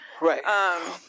Right